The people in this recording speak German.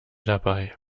dabei